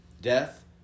death